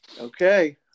Okay